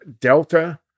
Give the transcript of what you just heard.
Delta